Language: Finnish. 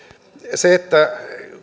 se että